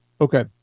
Okay